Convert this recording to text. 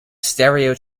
stereo